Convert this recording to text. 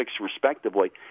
respectively